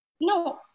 No